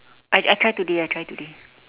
I I try today I try today